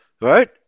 Right